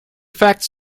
facts